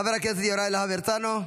חבר הכנסת יוראי להב הרצנו,